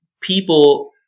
people